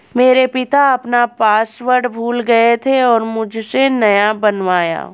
मेरे पिता अपना पासवर्ड भूल गए थे और मुझसे नया बनवाया